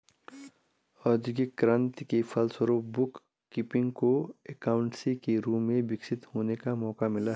औद्योगिक क्रांति के फलस्वरूप बुक कीपिंग को एकाउंटेंसी के रूप में विकसित होने का मौका मिला